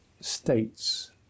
states